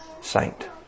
saint